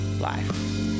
life